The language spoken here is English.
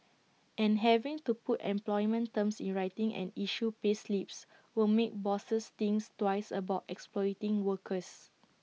and having to put employment terms in writing and issue payslips will make bosses think twice about exploiting workers